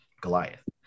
Goliath